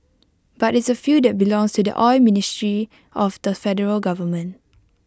but it's A field that belongs to the oil ministry of the federal government